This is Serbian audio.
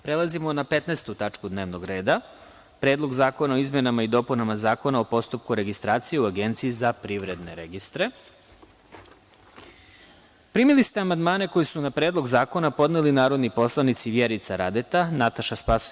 Prelazimo na 15. tačku dnevnog reda – PREDLOG ZAKONA O IZMENAMA I DOPUNAMA ZAKONA O POSTUPKU REGISTRACIJE U AGENCIJI ZA PRIVREDNE REGISTRE Primili ste amandmane koje su na Predlog zakona podneli narodni poslanici Vjerica Radeta, Nataša Sp.